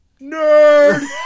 Nerd